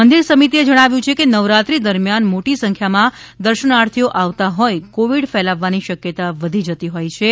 મંદિર સમિતિએ જણાવ્યુ છે કે નવરાત્રી દરમિયાન મોટી સંખ્યામાં દર્શનાર્થીઓ આવતા હોઇ કોવિડ ફેલાવવાની શકયતા વધી જતી હોયછે